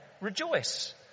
rejoice